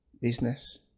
business